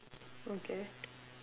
okay